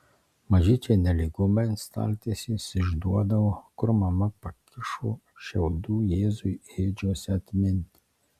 mažyčiai nelygumai ant staltiesės išduodavo kur mama pakišo šiaudų jėzui ėdžiose atminti